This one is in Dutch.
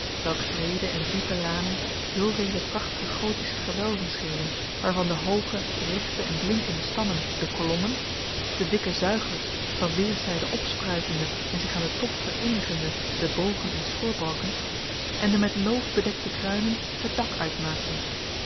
welks breede en diepe lanen zoovele prachtige gothische gewelven schenen waarvan de hooge rechte en blinkende stammen de kolommen de dikke zuigers van weerszijden opspruitende en zich aan den top vereenigende de bogen en schoorbalken en de met loof bedekte kruinen het dak uitmaakten